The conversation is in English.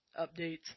updates